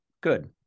Good